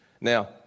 Now